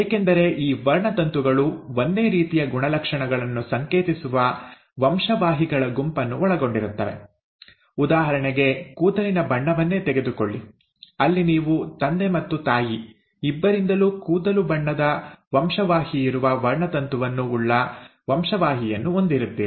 ಏಕೆಂದರೆ ಈ ವರ್ಣತಂತುಗಳು ಒಂದೇ ರೀತಿಯ ಗುಣಲಕ್ಷಣಗಳನ್ನು ಸಂಕೇತಿಸುವ ವಂಶವಾಹಿಗಳ ಗುಂಪನ್ನು ಒಳಗೊಂಡಿರುತ್ತವೆ ಉದಾಹರಣೆಗೆ ಕೂದಲಿನ ಬಣ್ಣವನ್ನೇ ತೆಗೆದುಕೊಳ್ಳಿ ಅಲ್ಲಿ ನೀವು ತಂದೆ ಮತ್ತು ತಾಯಿ ಇಬ್ಬರಿಂದಲೂ ಕೂದಲು ಬಣ್ಣದ ವಂಶವಾಹಿಯಿರುವ ವರ್ಣತಂತುವನ್ನು ಉಳ್ಳ ವಂಶವಾಹಿಯನ್ನು ಹೊಂದಿರುತ್ತೀರಿ